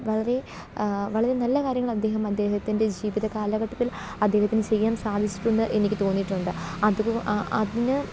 വളരെ വളരെ നല്ല കാര്യങ്ങളദ്ദേഹം അദ്ദേഹത്തിന്റെ ജീവിത കാലഘട്ടത്തിൽ അദ്ദേഹത്തിന് ചെയ്യാൻ സാധിച്ചിട്ടുണ്ട് എനിക്ക് തോന്നിയിട്ടുണ്ട് അത്കൊ അ അതിന്